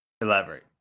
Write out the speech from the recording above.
Elaborate